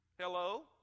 Hello